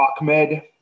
Ahmed